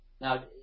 Now